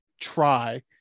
try